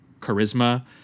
charisma